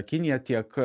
kinija tiek